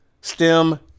STEM